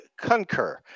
concur